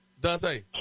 Dante